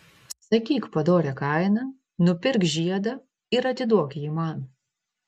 sakyk padorią kainą nupirk žiedą ir atiduok jį man